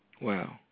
Wow